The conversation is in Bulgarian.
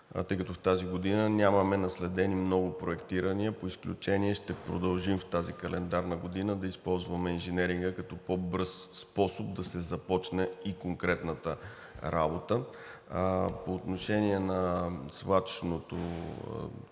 тъй като тази година нямаме наследени много проектирания. По изключение ще продължим в тази календарна година да използваме инженеринга като по-бърз способ да се започне и конкретната работа. По отношение на свлачищния